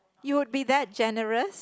you would be that generous